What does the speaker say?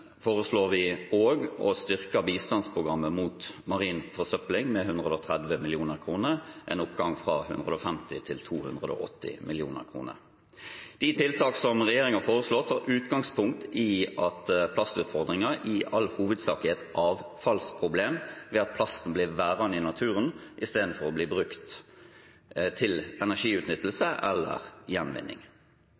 foreslår vi også å styrke bistandsprogrammet mot marin forsøpling med 130 mill. kr – en oppgang fra 150 mill. kr til 280 mill. kr. Tiltakene som regjeringen har foreslått, tar utgangspunkt i at plastutfordringer i all hovedsak er et avfallsproblem ved at plasten blir værende i naturen i stedet for å bli brukt til energiutnyttelse